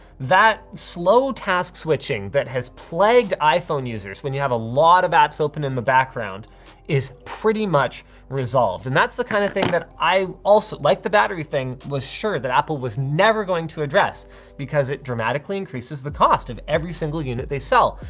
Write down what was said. that slow task switching that has plagued iphone users when you have a lot of apps open in the background is pretty much resolved. and that's the kind of thing that i also, like the battery thing, was sure that apple was never going to address because it dramatically increases the cost of every single unit they sell.